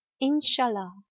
Inshallah